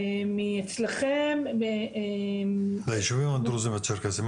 מה התכנית שלנו לישובים הדרוזים והצ'רקסיים?